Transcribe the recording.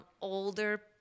older